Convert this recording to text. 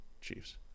Chiefs